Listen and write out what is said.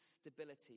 stability